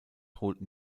holten